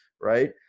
right